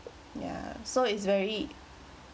ya so it's very